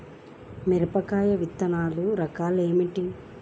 మిరప విత్తనాల రకాలు ఏమిటి?